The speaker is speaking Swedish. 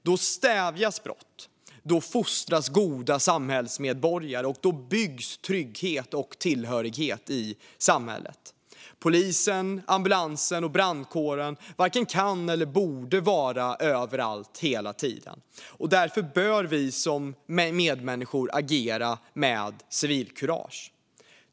Då stävjas brott, då fostras goda samhällsmedborgare och då byggs trygghet och tillhörighet i samhället. Polis, ambulans och brandkår varken kan eller borde vara överallt hela tiden, och därför bör vi som medmänniskor agera med civilkurage.